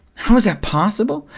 how is that possible?